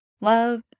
love